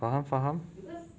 faham faham